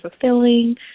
fulfilling